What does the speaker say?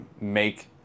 make